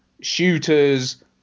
shooters